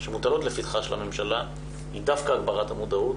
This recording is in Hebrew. שמוטלות לפתחה של הממשלה היא דווקא הגברת המודעות